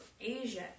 Asia